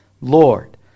Lord